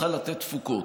צריכה לתת תפוקות.